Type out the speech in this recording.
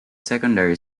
secondary